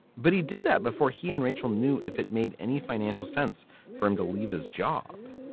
but he did that before he and rachel knew if it made any financial sense for him to leave his job.